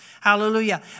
Hallelujah